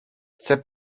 chcę